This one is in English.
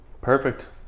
Perfect